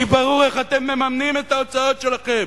כי ברור איך אתם מממנים את ההוצאות שלכם: